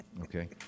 Okay